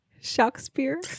Shakespeare